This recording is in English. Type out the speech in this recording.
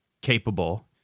capable